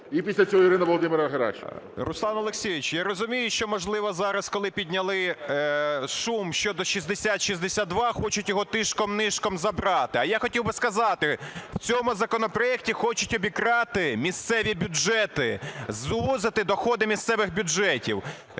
І після цього Ірина Володимирівна Геращенко. 10:49:44 КОЛТУНОВИЧ О.С. Руслан Олексійович, я розумію, що, можливо, зараз, коли підняли шум щодо 6062, хочуть його тишком-нишком забрати. А я хотів би сказати, в цьому законопроекті хочуть обікрасти місцеві бюджети, звузити доходи місцевих бюджетів.